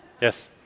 Yes